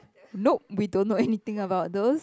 nope we don't know anything about those